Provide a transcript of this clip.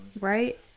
Right